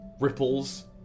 ripples